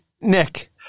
Nick